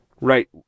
right